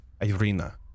Irina